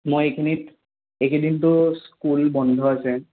মই এইখিনিত এইকেইদিনটো স্কুল বন্ধ আছে